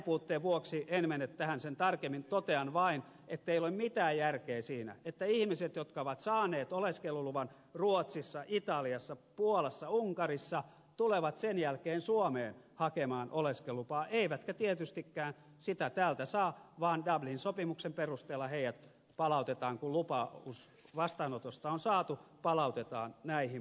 ajanpuutteen vuoksi en mene tähän sen tarkemmin totean vain ettei ole mitään järkeä siinä että ihmiset jotka ovat saaneet oleskeluluvan ruotsissa italiassa puolassa unkarissa tulevat sen jälkeen suomeen hakemaan oleskelulupaa eivätkä tietystikään sitä täältä saa vaan dublin sopimuksen perusteella heidät palautetaan kun lupaus vastaanotosta on saatu näihin maihin